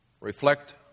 Reflect